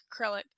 acrylic